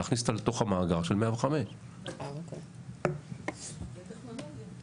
להכניס אותה למאגר של 105. חברים,